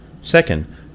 Second